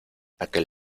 aquel